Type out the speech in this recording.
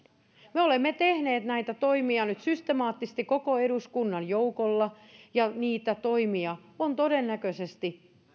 me olemme tehneet näitä toimia nyt systemaattisesti koko eduskunnan joukolla ja niitä toimia on todennäköisesti